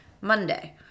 monday